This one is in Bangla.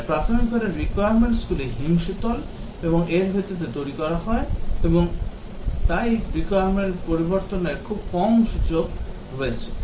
এখানে প্রাথমিকভাবে requirements গুলি হিমশীতল এবং এর ভিত্তিতে তৈরি করা হয় এবং তাই requirement পরিবর্তনের খুব কম সুযোগ রয়েছে